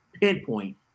pinpoint